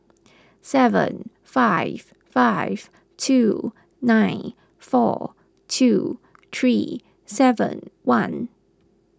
seven five five two nine four two three seven one